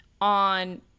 on